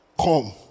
come